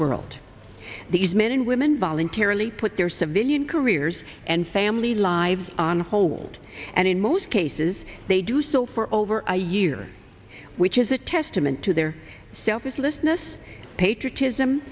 world these men and women voluntarily put their civilian careers and family lives on hold and in most cases they do so for over a year which is a testament to their selflessness nest patriotism